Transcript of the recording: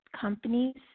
companies